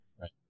Right